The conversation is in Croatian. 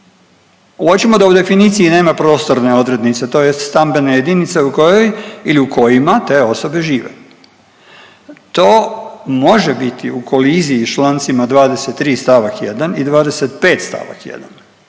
Uočimo da u definiciji nema prostorne odrednice tj. stambene jedinice u kojoj ili u kojima te osobe žive. To može biti u koliziji s čl. 23. st. 1. i 25. st. 1.